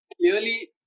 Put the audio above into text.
Clearly